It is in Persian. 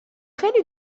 خیلی